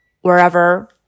wherever